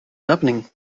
happening